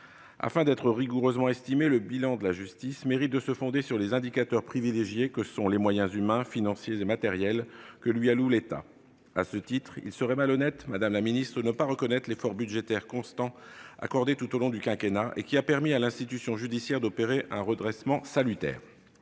Afin d'être rigoureusement établi, le bilan de la justice pendant ce quinquennat mérite d'être fondé sur les indicateurs privilégiés que sont les moyens humains, financiers et matériels que lui alloue l'État. À ce titre, il serait malhonnête de ne pas reconnaître l'effort budgétaire constant accordé tout au long du quinquennat, qui a permis à l'institution judiciaire d'opérer un redressement salutaire.